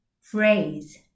Phrase